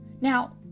Now